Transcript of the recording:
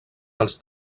dels